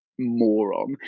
moron